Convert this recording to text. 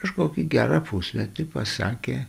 kažkokį gerą pusmetį pasakė